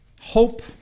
Hope